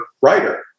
writer